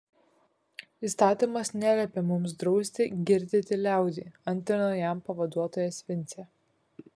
įstatymas neliepia mums drausti girdyti liaudį antrino jam pavaduotojas vincė